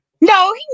No